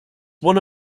one